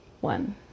one